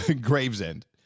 Gravesend